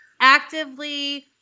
actively